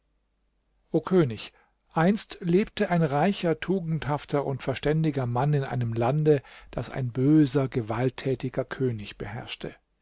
o könig einst lebte ein reicher tugendhafter und verständiger mann in einem lande das ein böser gewalttätiger könig beherrschte